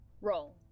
Roll